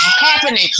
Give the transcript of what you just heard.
happening